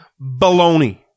Baloney